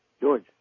George